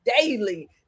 daily